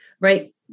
Right